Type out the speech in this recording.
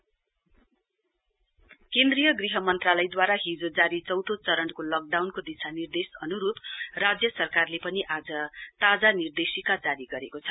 Sikkim new guideline केन्द्रीय गृह मन्त्रालयद्वारा हिजो जारी चौथो चरणको लकडाउनको दिशानिर्देश अन्रूप राज्य सरकारले पनि आज ताजा निर्देशिका जारी गरेको छ